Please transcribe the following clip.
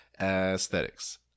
Aesthetics